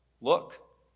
Look